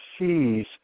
sees